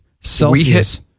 celsius